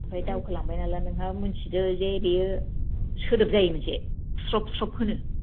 आमफ्राय दावखोलांबाय नालाय नोंहा मोन्थिदो जे बियो सोदोब जायो मोनसे स्रुब स्रुब होनो